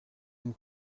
une